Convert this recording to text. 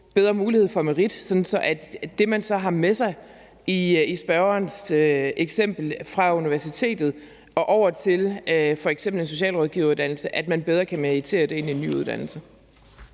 bedre mulighed for merit, sådan at det, man så har med sig, i spørgerens eksempel fra universitetet og over til f.eks. en socialrådgiveruddannelse, kan man bedre meritere i en ny uddannelse.